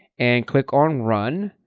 and click on run,